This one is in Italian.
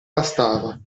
bastava